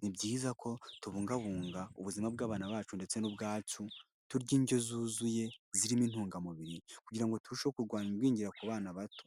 ni byiza ko tubungabunga ubuzima bw'abana bacu ndetse n'ubwacu turya indyo zuzuye zirimo intungamubiri kugira ngo turusheho kurwanya igwingira ku bana bato.